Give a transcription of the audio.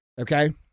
Okay